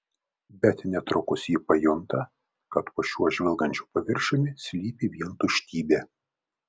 bet netrukus ji pajunta kad po šiuo žvilgančiu paviršiumi slypi vien tuštybė